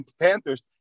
Panthers